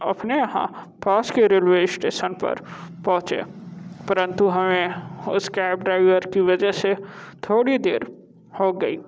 अपने यहाँ पास के रेलवे स्टेशन पर पहुँचे परंतु हमें उस कैब ड्राइवर की वजह से थोड़ी देर हो गई